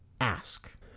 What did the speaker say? ask